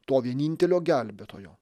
to vienintelio gelbėtojo